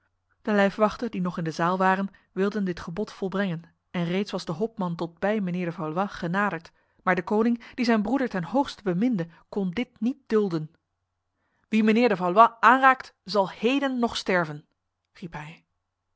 de lijfwachten die nog in de zaal waren wilden dit gebod volbrengen en reeds was de hopman tot bij mijnheer de valois genaderd maar de koning die zijn broeder ten hoogste beminde kon dit niet dulden wie mijnheer de valois aanraakt zal heden nog sterven